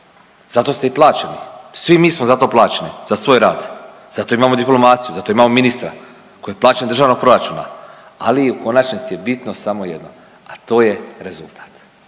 Zato ste i plaćeni, svi mi smo za to plaćeni, za svoj rad, zato imamo diplomaciju, zato imamo ministra koji je plaćen državnog proračuna, ali u konačnici je bitno samo jedno, a to je rezultata,